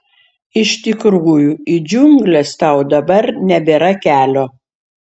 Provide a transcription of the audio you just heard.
iš tikrųjų į džiungles tau dabar nebėra kelio